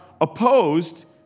opposed